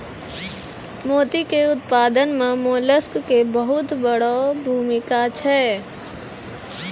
मोती के उपत्पादन मॅ मोलस्क के बहुत वड़ो भूमिका छै